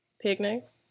Picnics